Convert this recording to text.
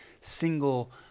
single